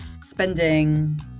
spending